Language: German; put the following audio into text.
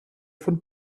von